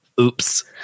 oops